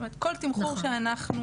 כל תמחור שאנחנו